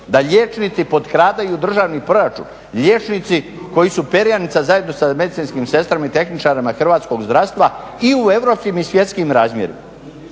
da liječnici potkradaju državni proračun, liječnici koji su perjanica zajedno sa medicinskim sestrama i tehničarima hrvatskog zdravstva i u europskim i svjetskim razmjerima.